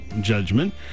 Judgment